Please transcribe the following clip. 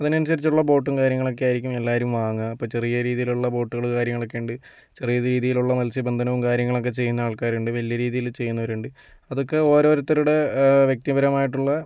അതിനനുസരിച്ചുള്ള ബോട്ടും കാര്യങ്ങളക്കെ ആയിരിക്കും എല്ലാവരും വാങ്ങുക അപ്പം ചെറിയ രീതിയിലുള്ള ബോട്ടുകള് കാര്യങ്ങളൊക്കെയുണ്ട് ചെറിയ രീതിയിലുള്ള മത്സ്യബന്ധനവും കാര്യങ്ങളക്കെ ചെയ്യുന്ന ആൾക്കാരുണ്ട് വലിയ രീതില് ചെയ്യുന്നവരുണ്ട് അതൊക്കെ ഓരോരുത്തരുടെ വ്യക്തിപരമായിട്ടുള്ള